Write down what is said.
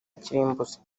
kirimbuzi